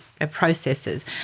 processes